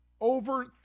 over